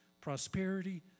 prosperity